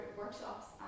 workshops